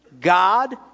God